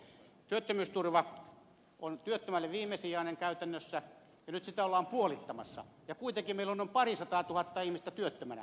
työttömyysturva on työttömälle viimesijainen käytännössä ja nyt sitä ollaan puolittamassa ja kuitenkin meillä on noin parisataatuhatta ihmistä työttömänä